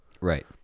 Right